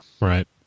Right